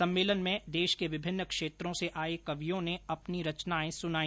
सम्मेलन में देश के विभिन्न क्षेत्रों से आये कवियों ने अपनी रचनाएं सुनाई